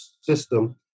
system